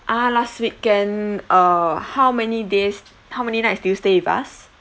ah last weekend uh how many days how many nights did you stay with us